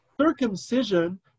circumcision